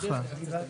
אחלה.